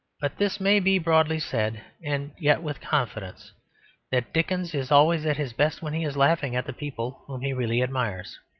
but this may be broadly said and yet with confidence that dickens is always at his best when he is laughing at the people whom he really admires.